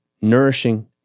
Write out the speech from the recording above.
nourishing